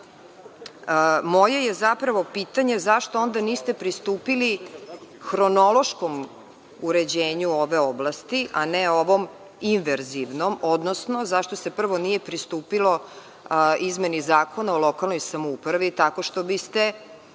moje je pitanje – zašto onda niste pristupili hronološkom uređenju ove oblasti, a ne ovom inverzivnom, odnosno zašto se prvo nije pristupilo izmeni Zakona o lokalnoj samoupravi tako što biste